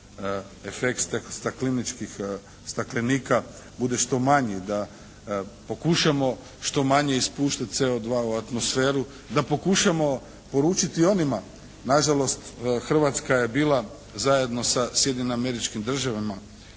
staklenika bude što manji. Da pokušamo što manje ispuštati CO2 u atmosferu, da pokušamo poručiti onima, nažalost Hrvatska je bila zajedno sa Sjedinjenim Američkim Državama,